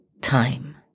time